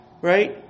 right